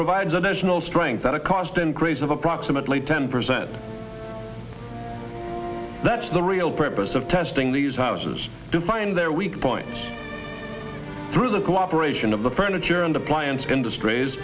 provides additional strength at a cost increase of approximately ten percent that's the real purpose of testing these houses to find their weak points through the cooperation of the furniture and appliances industries